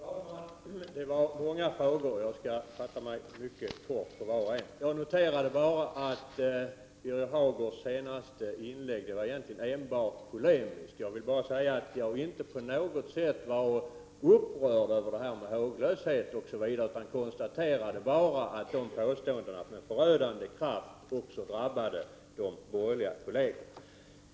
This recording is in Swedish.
Fru talman! Det var många frågor. Jag skall fatta mig mycket kort som svar på var och en av dem. Jag noterade att Birger Hagårds senaste inlägg egentligen enbart var polemiskt. Jag var inte på något sätt upprörd över påståendena om håglöshet — jag konstaterade bara att de med förödande kraft också drabbade de borgerliga kollegerna.